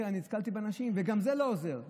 וגם זה לא עוזר,